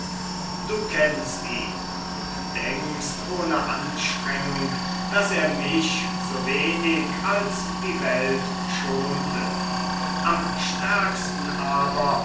du kennst ihn und denkst ohne anstrengung daß er mich so wenig als die welt schonte am stärksten aber